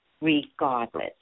regardless